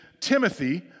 Timothy